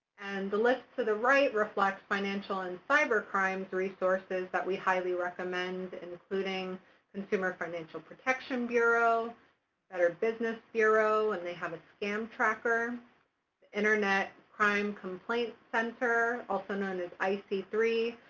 the list to the right reflects financial and cyber crimes resources that we highly recommend, including the consumer financial protection bureau better business bureau, and they have a scam tracker internet crime complaints center, also known as i c three,